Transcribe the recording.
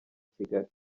kigali